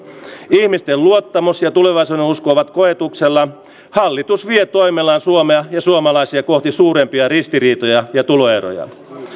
ihmisten luottamus ja tulevaisuudenusko ovat koetuksella hallitus vie toimellaan suomea ja suomalaisia kohti suurempia ristiriitoja ja tuloeroja